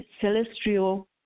celestial